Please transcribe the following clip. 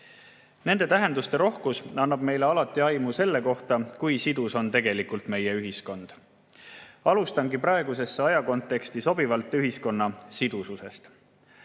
Nende tähenduste rohkus annab meile aimu selle kohta, kui sidus on tegelikult meie ühiskond. Alustangi praeguse aja konteksti sobivalt ühiskonna sidususest. Aastatel